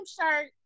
shirt